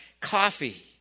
coffee